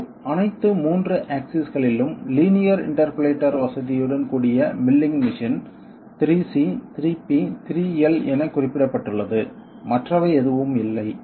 MCQ அனைத்து 3 ஆக்சிஸ்களிலும் linear interpolator வசதியுடன் கூடிய milling machine 3C 3P 3L என குறிப்பிடப்பட்டுள்ளது மற்றவை எதுவும் இல்லை